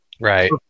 Right